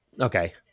Okay